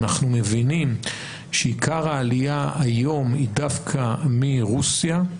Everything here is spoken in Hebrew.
אנחנו מבינים שעיקר העלייה היום היא דווקא מרוסיה.